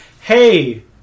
hey